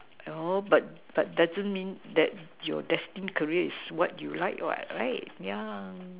oh but but doesn't mean that your destined career is what you like what right yeah